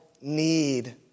need